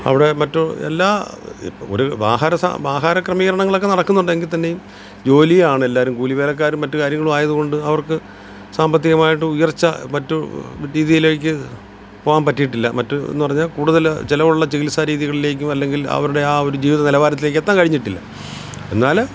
അവിടെ മറ്റ് എല്ലാ ഒരു ആഹാര സ ആഹാര ക്രമീകരണങ്ങളൊക്കെ നടക്കുന്നുണ്ട് എങ്കിൽ തന്നെയും ജോലിയാണ് എല്ലാരും കൂലി വേലക്കാരും മറ്റ് കാര്യങ്ങളും ആയതുകൊണ്ട് അവർക്ക് സാമ്പത്തികമായിട്ട് ഉയർച്ച മറ്റ് രീതിയിലേക്ക് പോവാൻ പറ്റിയിട്ടില്ല മറ്റ് എന്ന് പറഞ്ഞാൽ കൂടുതൽ ചിലവുളള ചികിത്സാ രീതികളിലേക്കും അല്ലെങ്കിൽ അവരുടെ ആ ഒരു ജീവിത നിലവാരത്തിലേക്ക് എത്താൻ കഴിഞ്ഞിട്ടില്ല എന്നാൽ